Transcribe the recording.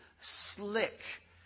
slick